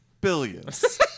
billions